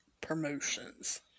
promotions